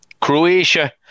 Croatia